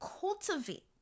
cultivate